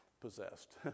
possessed